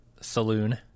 saloon